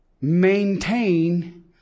Maintain